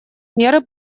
меры